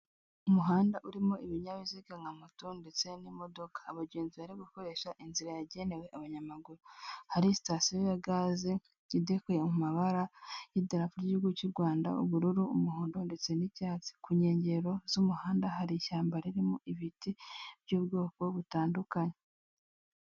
Umuhanda urimo ibinyabiziga nka moto ndetse n'imodoka, abagenzi barimo gukoresha inzira yagenewe abanyamaguru, hari sitasiyo ya gaze ikidekuye mu mabara y'idarapo ry'igihugu cy'u Rwanda; ubururu, umuhondo ndetse n'icyatsi, ku nkengero z'umuhanda hari ishyamba ririmo ibiti by'ubwoko butandukanye.